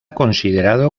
considerado